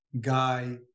guy